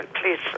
please